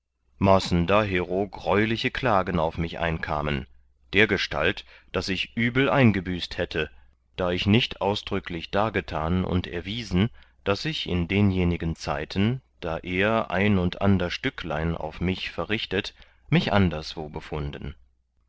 maßen dahero greuliche klagen auf mich einkamen dergestalt daß ich übel eingebüßt hätte da ich nicht ausdrücklich dargetan und erwiesen daß ich in denjenigen zeiten da er ein und ander stücklein auf mich verrichtet mich anderswo befunden